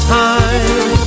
time